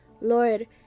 Lord